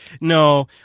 No